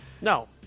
No